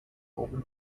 oben